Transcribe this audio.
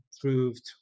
proved